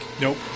Nope